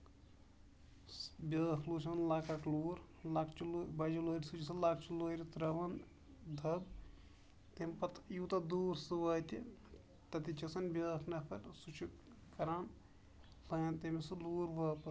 بیاکھ لوٗر چھے آسان لۄکٔٹ لوٗر لۄکٔچہِ بَجہِ لورِ سۭتۍ چھِ لۄکٔچہِ لورِ تراوان دَب تَمہِ پَتہٕ یوٗتاہ دوٗر سُہ واتہِ تَتھیتھ چھُ آسان بیاکھ نَفر سُہ چھُ کران اَنان تٔمِس سُہ لوٗر واپَس